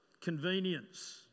Convenience